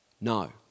no